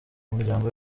umuryango